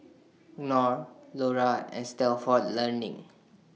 Knorr Lora and Stalford Learning